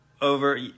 over